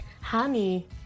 Honey